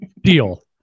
Deal